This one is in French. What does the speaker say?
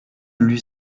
lui